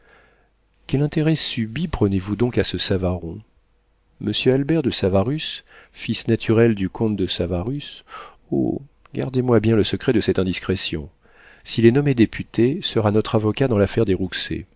quel intérêt subit prenez-vous donc à ce savaron monsieur albert de savarus fils naturel du comte de savarus oh gardez-moi bien le secret sur cette indiscrétion s'il est nommé député sera notre avocat dans l'affaire des